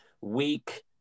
week